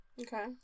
Okay